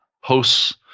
hosts